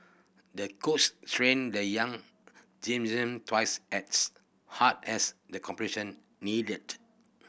the coach trained the young gymnast twice as hard as the competition neared